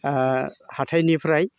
आंहा हाथाइनिफ्राय